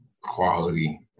quality